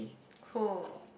cool